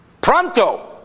pronto